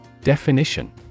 Definition